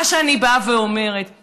מה שאני באה ואומרת,